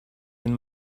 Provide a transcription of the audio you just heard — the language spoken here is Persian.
این